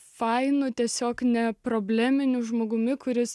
fainu tiesiog ne probleminiu žmogumi kuris